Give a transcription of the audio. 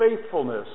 faithfulness